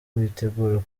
biteguraga